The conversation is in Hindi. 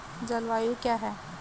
जलवायु क्या है?